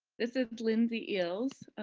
this is lindsay eales.